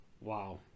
Wow